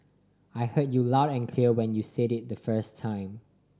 I heard you loud and clear when you said it the first time